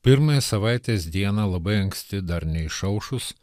pirmąją savaitės dieną labai anksti dar neišaušus